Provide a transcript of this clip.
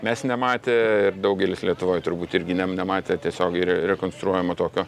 mes nematę ir daugelis lietuvoj turbūt irgi ne nematė tiesiogiai re rekonstruojamo tokio